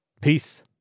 Peace